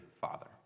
father